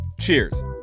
cheers